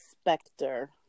specter